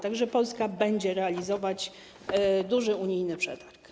Tak że Polska będzie realizować duży unijny przetarg.